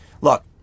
Look